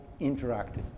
interactive